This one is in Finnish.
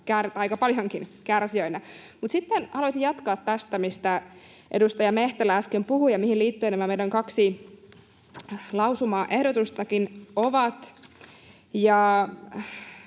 aika paljonkin, kärsijöinä. Mutta sitten haluaisin jatkaa tästä, mistä edustaja Mehtälä äsken puhui ja mihin liittyen nämä meidän kaksi lausumaehdotustammekin ovat.